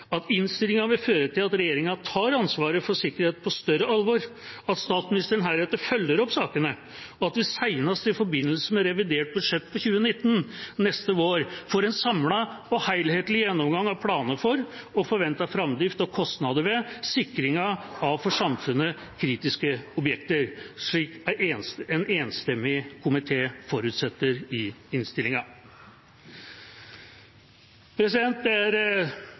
vil innstillinga føre til at regjeringa tar ansvaret for sikkerhet på større alvor, at statsministeren heretter følger opp sakene, og at vi senest i forbindelse med revidert budsjett for 2019 neste vår får en samlet og helhetlig gjennomgang av planer og forventet framdrift for og kostnader ved sikringen av for samfunnet kritiske objekter, slik en enstemmig komité forutsetter i innstillinga. Det er